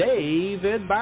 David